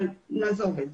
אבל נעזוב את זה.